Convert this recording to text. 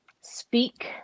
speak